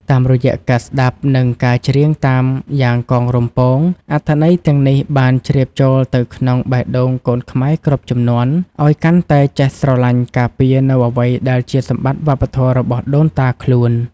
តាមរយៈការស្ដាប់ និងការច្រៀងតាមយ៉ាងកងរំពង អត្ថន័យទាំងនេះបានជ្រាបចូលទៅក្នុងបេះដូងកូនខ្មែរគ្រប់ជំនាន់ ឱ្យកាន់តែចេះស្រឡាញ់ ការពារ នូវអ្វីដែលជាសម្បត្តិវប្បធម៌របស់ដូនតាខ្លួន។